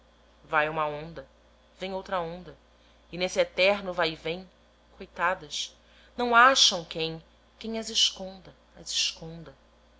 vai uma onda vem outra onda e nesse eterno vaivém coitadas não acham quem quem as esconda as esconda